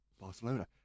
Barcelona